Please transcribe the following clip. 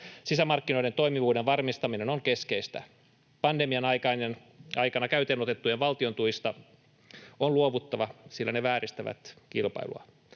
Sisämarkkinoiden toimivuuden varmistaminen on keskeistä. Pandemian aikana käyttöönotetuista valtiontuista on luovuttava, sillä ne vääristävät kilpailua.